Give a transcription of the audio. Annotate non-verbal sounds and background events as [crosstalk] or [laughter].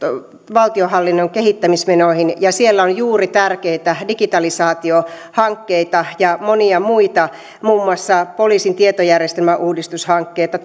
valtionhallinnon kehittämismenoihin ja siellä on juuri tärkeitä digitalisaatiohankkeita ja monia muita muun muassa poliisin tietojärjestelmäuudistushankkeita [unintelligible]